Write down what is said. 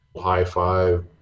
high-five